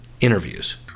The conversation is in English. interviews